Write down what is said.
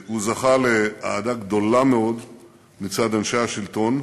הוא זכה לאהדה גדולה מאוד מצד אנשי השלטון,